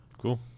Cool